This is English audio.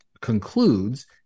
concludes